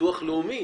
שבביטוח לאומי